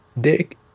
Dick